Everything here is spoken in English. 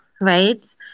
right